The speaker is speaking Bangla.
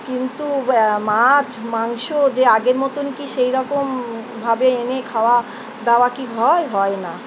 কিন্তু মাছ মাংস যে আগের মতন কি সেইরকমভাবে এনে খাওয়া দাওয়া কি হয় হয় না